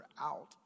out